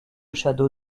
château